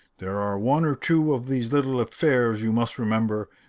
there are one or two of these little affairs, you must remember,